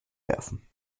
werfen